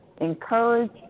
encourage